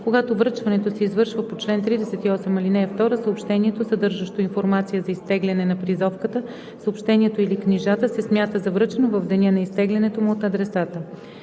Когато връчването се извършва по чл. 38, ал. 2, съобщението, съдържащо информация за изтегляне на призовката, съобщението или книжата, се смята за връчено в деня на изтеглянето му от адресата.